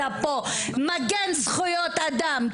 מגן זכויות אדם,